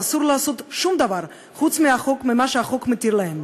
אסור להן לעשות שום דבר חוץ ממה שהחוק מתיר להן.